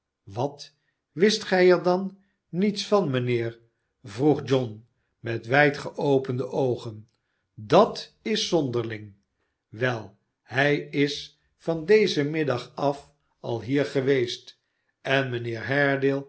wat wist gij er dan niets van mijnheer vroeg john met wijd geopende oogen dat is zonderling we hij is van dezen middag af al hier geweest en mijnheer